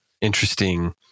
interesting